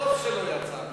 הבוס שלו יצר.